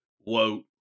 Whoa